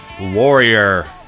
warrior